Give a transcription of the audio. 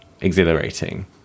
exhilarating